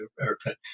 airplane